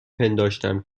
پنداشتم